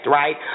right